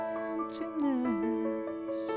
emptiness